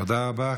תודה רבה.